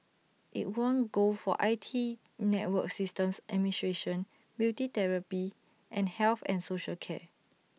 IT won gold for I T network systems administration beauty therapy and health and social care